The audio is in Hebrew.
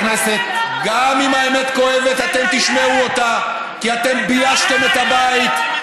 אז תצעק, כאילו אנחנו לא רגילים לצעקות שלך.